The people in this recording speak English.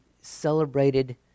celebrated